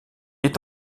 est